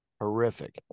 Horrific